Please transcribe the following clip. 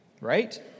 Right